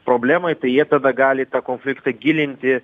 problemai tai jie tada gali tą konfliktą gilinti